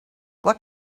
what